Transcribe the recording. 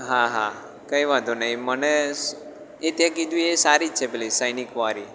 હા હા કંઈ વાંધો નહીં મને એ તે કીધું એ સારી જ છે પેલી સૈનિકવાળી